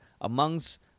amongst